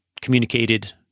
communicated